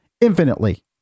infinitely